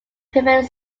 prevent